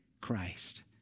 Christ